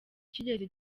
cyigeze